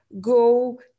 go